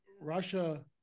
Russia